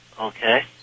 Okay